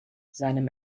seinem